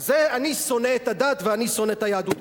זה אני שונא את הדת ואני שונא את היהדות.